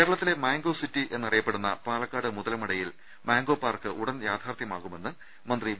കേരളത്തിലെ mango city എന്നറിയപ്പെടുന്ന Palakkad മുതലമടയിൽ മാംഗോ പാർക്ക് ഉടൻ യാഥാർത്ഥ്യ മാകുമെന്ന് മന്ത്രി വി